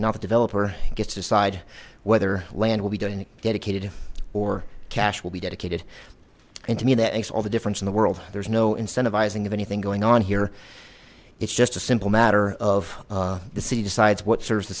the developer gets to decide whether land will be done and dedicated or cash will be dedicated and to me that makes all the difference in the world there's no incentivising of anything going on here it's just a simple matter of the city decides what serves the